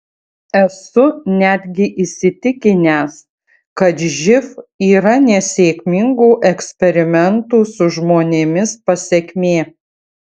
esu netgi įsitikinęs kad živ yra nesėkmingų eksperimentų su žmonėmis pasekmė